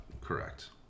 Correct